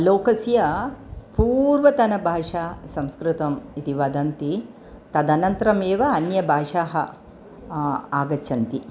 लोकस्य पूर्वतनभाषा संस्कृतम् इति वदन्ति तदनन्तरम् एव अन्यभाषाः आगच्छन्ति